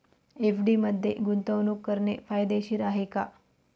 FD मध्ये गुंतवणूक करणे फायदेशीर आहे का?